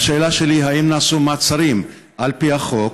השאלה שלי: האם נעשו מעצרים על פי החוק?